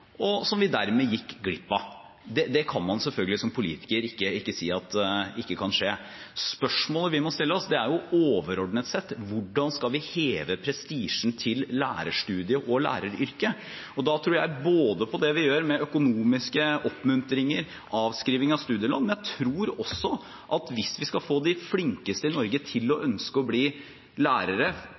og som vi dermed gikk glipp av. Som politiker kan man selvfølgelig ikke si at det ikke kan skje. Spørsmålet vi må stille oss, er – overordnet sett: Hvordan skal vi heve prestisjen til lærerstudiet og læreryrket? Da tror jeg på det vi gjør med økonomiske oppmuntringer, avskrivning av studielån, men jeg tror også at hvis vi skal få de flinkeste i Norge til å ønske å bli lærere